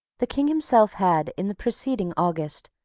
the king himself had, in the preceding august,